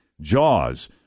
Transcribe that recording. Jaws